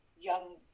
young